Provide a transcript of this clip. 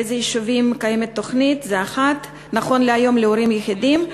באילו יישובים קיימת התוכנית נכון להיום להורים יחידים?